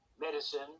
medicine